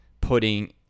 putting